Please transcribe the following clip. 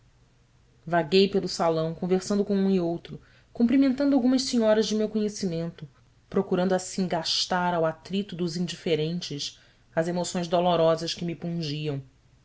vaguei pelo salão conversando com um e outro cumprimentando algumas senhoras de meu conhecimento procurando assim gastar ao atrito dos indiferentes as emoções dolorosas que me pungiam